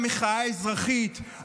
המחאה האזרחית,